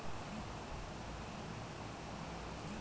Bank मे खाता कईसे खुली हो?